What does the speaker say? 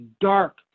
dark